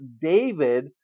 David